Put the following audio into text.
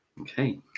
Okay